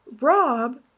rob